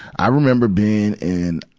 i remember being in,